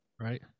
right